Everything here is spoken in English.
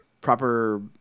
proper